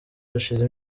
hashize